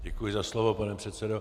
Děkuji za slovo, pane předsedo.